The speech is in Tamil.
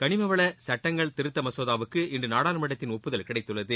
களிம வள சட்டங்கள் திருத்த மசோதாவுக்கு இன்று நாடாளுமன்றத்தின் ஒப்புதல் கிடைத்தது